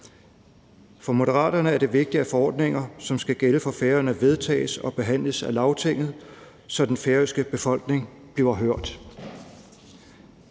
For Moderaterne er det vigtigt, at forordninger, der skal gælde for Færøerne, vedtages og behandles af Lagtinget, så den færøske befolkning bliver hørt.